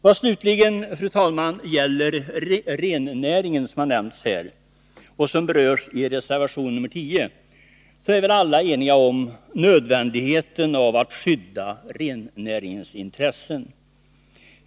Vad slutligen gäller rennäringen, som nämnts här och som berörs i reservation nr 10, är väl alla eniga om nödvändigheten av att skydda rennäringens intressen.